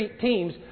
teams